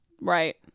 Right